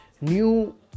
new